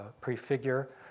prefigure